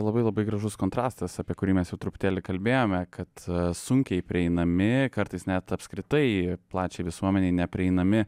labai labai gražus kontrastas apie kurį mes jau truputėlį kalbėjome kad sunkiai prieinami kartais net apskritai plačiai visuomenei neprieinami